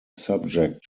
subject